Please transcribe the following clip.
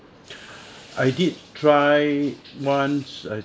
I did try once I